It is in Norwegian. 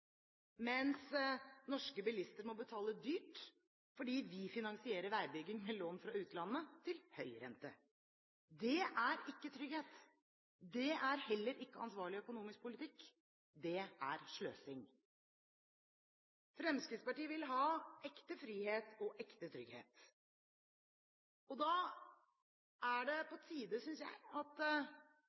mens norske bilister må betale dyrt fordi vi finansierer veibygging med lån fra utlandet, til høy rente. Det er ikke trygghet, det er heller ikke ansvarlig økonomisk politikk, det er sløsing. Fremskrittspartiet vil ha ekte frihet og ekte trygghet. Da er det på tide – synes jeg – at